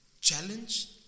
challenge